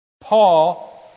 Paul